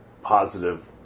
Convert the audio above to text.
positive